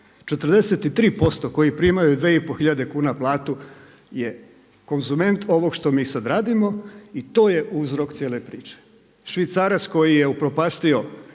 i pol hiljade kuna platu je konzument ovog što mi sad radimo i to je uzrok cijele priče. Švicarac koji je upropastio